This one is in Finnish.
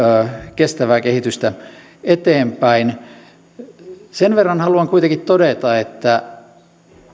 kestävää kehitystä eteenpäin vuotta kahdestuhanneskolmaskymmenes kohti sen verran haluan kuitenkin todeta että